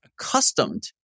accustomed